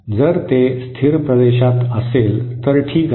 जर ते स्थिर प्रदेशात असेल तर ठीक आहे